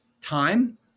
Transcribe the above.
time